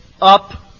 up